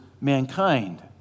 mankind